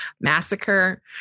massacre